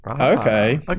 okay